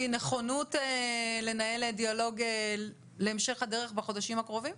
נכונות לנהל דיאלוג להמשך הדרך בחודשים הקרובים?